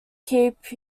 keep